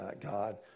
God